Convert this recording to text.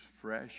fresh